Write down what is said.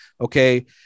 okay